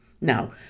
Now